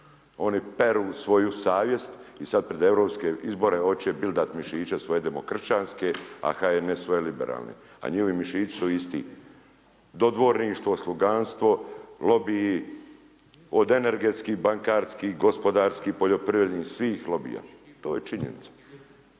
oni peru svoju savjest i sad pred europske izbore oće bildat mišiće svoje demokršćanske, a HNS svoje liberalne, a njiovi mišići su isti. Dodvorništvo, sluganstvo, lobiji od energetskih, bankarskih, gospodarskih, poljoprivrednih svih lobija. To je činjenica.